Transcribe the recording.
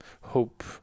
hope